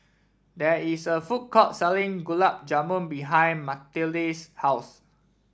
there is a food court selling Gulab Jamun behind Mathilde's house